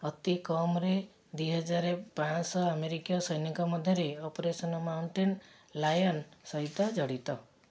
ଅତି କମ୍ରେ ଦୁଇ ହଜାର ପାଞ୍ଚଶହ ଆମେରିକୀୟ ସୈନିକ ମଧ୍ୟ ଅପରେସନ୍ ମାଉଣ୍ଟେନ୍ ଲାୟନ୍ ସହିତ ଜଡ଼ିତ